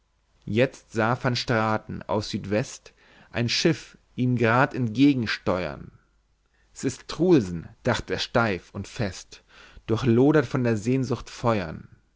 jetzt sah van straten aus südwest ein schiff ihm grad entgegen steuern s ist truelsen dacht er steif und fest durchlodert von der sehnsucht feuern